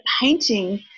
painting